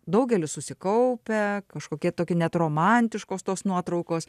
daugelis susikaupę kažkokie tokie net romantiškos tos nuotraukos